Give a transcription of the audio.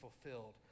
fulfilled